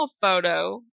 photo